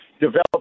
develop